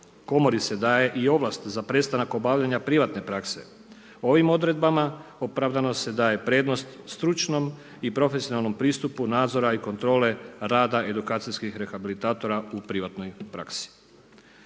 Komori se daje i ovlast za prestanak obavljanja privatne prakse. Ovim odredbama opravdano se daje prednost stručnom i profesionalnom pristupu nadzora i kontrole rada edukacijskih rehabilitatora u privatnoj praksi.